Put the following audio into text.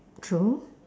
true